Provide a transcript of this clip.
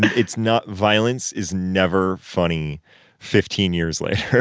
it's not violence is never funny fifteen years later